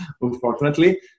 unfortunately